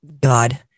God